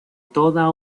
toda